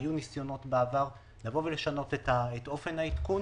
היו ניסיונות בעבר לשנות את אופן העדכון,